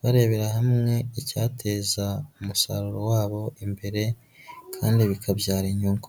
barebera hamwe icyateza umusaruro wa bo imbere kandi bikabyara inyungu.